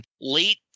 Late